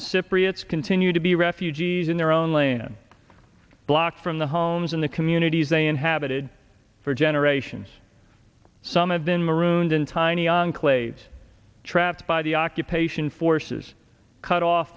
of cypriots continue to be refugees in their own land blocks from the homes in the communities they inhabited for generations some have been marooned in tiny enclaves trapped by the occupation forces cut off